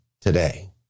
today